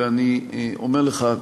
ואני אומר לך,